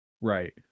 Right